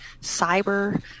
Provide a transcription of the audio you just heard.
cyber